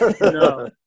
No